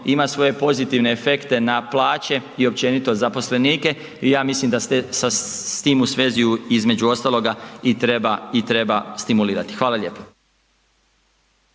ima svoje pozitivne efekte na plaće i općenito zaposlenike. I ja mislim da .../Govornik se ne razumije./... sa time u svezi između ostaloga i treba stimulirati. Hvala lijepo.